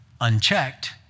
unchecked